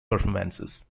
performances